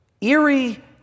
eerie